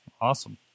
awesome